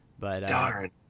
Darn